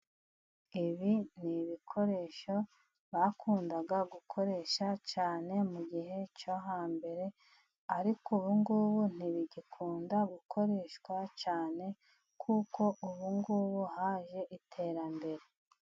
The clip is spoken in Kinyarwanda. Ibi n'ibikoresho bakundaga gukoresha cyane, mu gihe cyo hambere, ariko ubungubu ntibigikunda gukoreshwa cyane, kuko ubungubu haje iterambere.